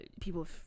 people